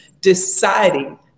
deciding